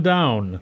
Down